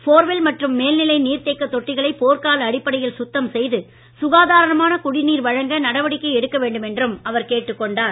borewell மற்றும் மேல்நிலை நீர்தேக்கத் தொட்டிகளை போர்க்கால அடிப்படையில் சுத்தம் செய்து சுகாதாரமான குடிநீர் வழங்க நடவடிக்கை எடுக்க வேண்டும் என்றும் அவர் கேட்டுக் கொண்டார்